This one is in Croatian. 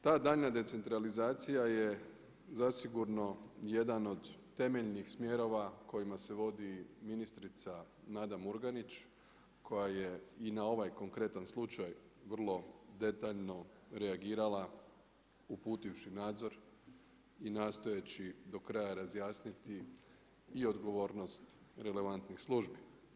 Ta daljnja decentralizacija je zasigurno jedan od temeljnih smjerova kojima se vodi ministrica Nada Murganić koja je i na ovaj konkretan slučaj vrlo detaljno reagirala uputivši nadzor i nastojeći do kraja razjasniti i odgovornost relevantnih službi.